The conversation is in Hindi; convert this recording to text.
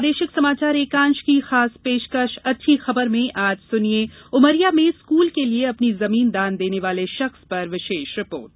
प्रादेशिक समाचार एकांश की खास पेशकश अच्छी खबर में आज सुनिये उमरिया में स्कूल के लिये अपनी जमीन दान देने वाले शख्स पर विशेष रिपोर्ट